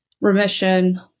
remission